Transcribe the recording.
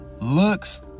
looks